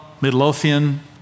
Midlothian